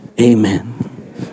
amen